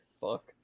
fuck